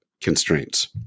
constraints